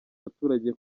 abaturage